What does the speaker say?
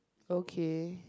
okay